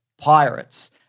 pirates